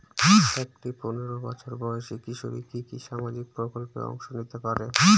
একটি পোনেরো বছর বয়সি কিশোরী কি কি সামাজিক প্রকল্পে অংশ নিতে পারে?